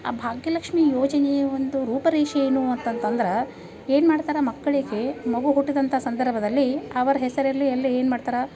ಆ ಭಾಗ್ಯಲಕ್ಷ್ಮೀ ಯೋಜನೆಯ ಒಂದು ರೂಪರೇಷೆ ಏನು ಅಂತಂತಂದ್ರೆ ಏನು ಮಾಡ್ತಾರೆ ಮಕ್ಕಳಿಗೆ ಮಗು ಹುಟ್ಟಿದಂಥ ಸಂದರ್ಭದಲ್ಲಿ ಅವರ ಹೆಸರಲ್ಲಿ ಅಲ್ಲಿ ಏನು ಮಾಡ್ತಾರೆ